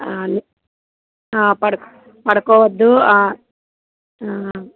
పడుకోవద్దు